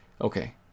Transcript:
Okay